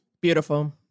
Beautiful